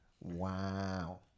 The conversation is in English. Wow